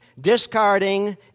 discarding